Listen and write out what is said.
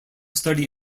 study